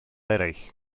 eraill